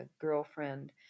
girlfriend